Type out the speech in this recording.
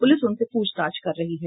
police उन से पूछताछ कर रही है